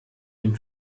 dem